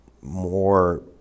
more